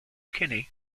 kinney